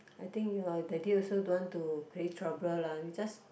I think your daddy also don't want to create trouble lah we just